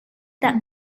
that